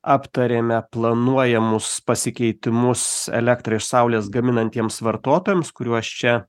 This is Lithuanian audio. aptarėme planuojamus pasikeitimus elektrą iš saulės gaminantiems vartotojams kuriuos čia